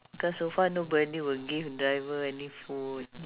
cause so far nobody would give driver any food